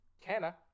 Canna